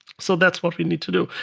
so that's what we need to do,